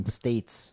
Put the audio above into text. states